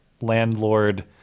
landlord